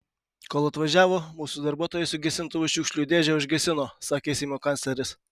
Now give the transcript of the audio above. kol atvažiavo mūsų darbuotojai su gesintuvu šiukšlių dėžę užgesino sakė seimo kancleris